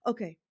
Okay